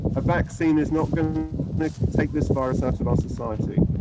a vaccine is not gonna like take this virus out of our society.